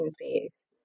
phase